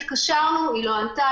התקשרנו והיא לא ענתה,